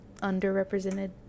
underrepresented